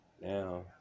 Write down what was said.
Now